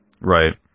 Right